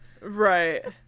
right